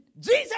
Jesus